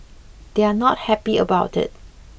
they're not happy about it